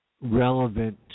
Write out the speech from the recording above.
relevant